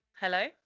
hello